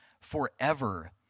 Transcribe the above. forever